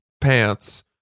pants